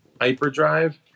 hyperdrive